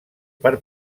per